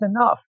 enough